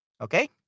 okay